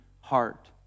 heart